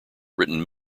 written